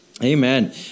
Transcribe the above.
Amen